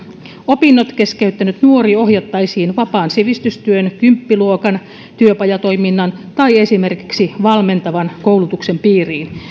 opinnot keskeyttänyt nuori ohjattaisiin vapaan sivistystyön kymppiluokan työpajatoiminnan tai esimerkiksi valmentavan koulutuksen piiriin